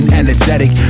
energetic